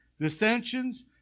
dissensions